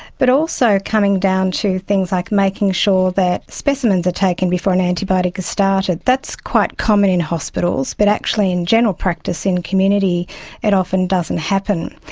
but also coming down to things like making sure that specimens are taken before an antibiotic is started. that's quite common in hospitals, but actually in general practice in community it often doesn't happen.